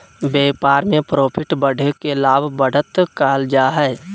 व्यापार में प्रॉफिट बढ़े के लाभ, बढ़त कहल जा हइ